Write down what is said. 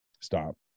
stop